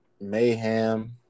mayhem